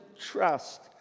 trust